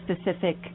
specific